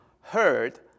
heard